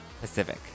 Pacific